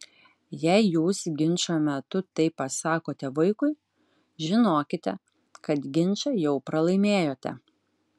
jei jūs ginčo metu taip pasakote vaikui žinokite kad ginčą jau pralaimėjote